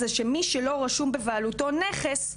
זה שמי שלא רשום בבעלותו נכס,